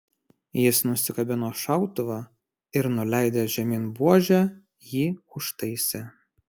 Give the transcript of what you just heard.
jis nusikabino šautuvą ir nuleidęs žemyn buožę jį užtaisė